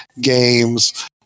games